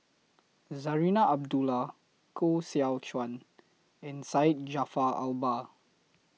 Zarinah Abdullah Koh Seow Chuan and Syed Jaafar Albar